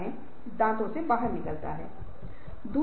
तीसरा रणनीतिक योजना है